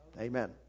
amen